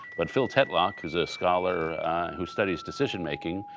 but philip tetlock, who is a scholar who studies decision-making,